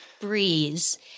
Breeze